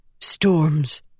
Storms